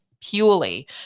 purely